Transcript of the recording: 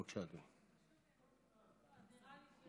בבקשה, אדוני.